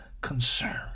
concern